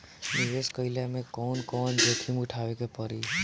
निवेस कईला मे कउन कउन जोखिम उठावे के परि?